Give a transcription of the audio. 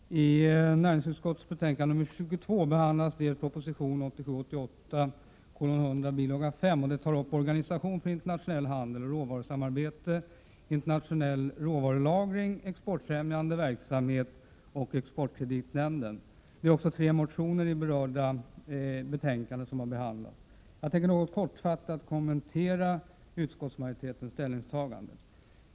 Herr talman! I näringsutskottets betänkande nr 22 behandlas proposition 1987/88:100, bil. 5, som tar upp organisationer för internationell handel och råvarusamarbete, internationell råvarulagring, exportfrämjande verksamhet och exportkreditnämnden. I berörda betänkande behandlas också tre motioner. Jag tänker något kortfattat kommentera utskottsmajoritetens ställningstagande.